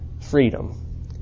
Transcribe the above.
freedom